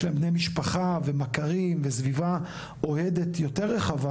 להן בני משפחה ומכרים וסביבה אוהדת יותר רחבה.